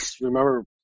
remember